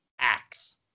Axe